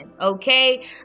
okay